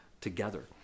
together